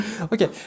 Okay